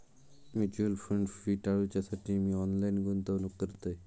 mutual fund fee टाळूच्यासाठी मी online गुंतवणूक करतय